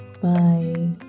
Bye